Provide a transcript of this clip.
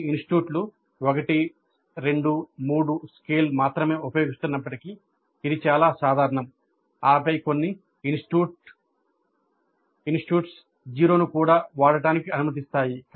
కొన్ని ఇన్స్టిట్యూట్లు 1 2 3 స్కేల్ మాత్రమే ఉపయోగిస్తున్నప్పటికీ ఇది చాలా సాధారణం ఆపై కొన్ని ఇన్స్టిట్యూట్స్ 0 ను కూడా వాడటానికి అనుమతిస్తాయి